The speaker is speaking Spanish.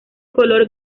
color